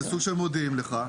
זה סוג שמודיעים לך.